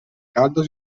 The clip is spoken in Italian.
caldo